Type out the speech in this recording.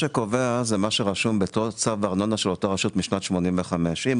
שרשום באותו צו ארנונה של אותה הרשות משנת 1985. אם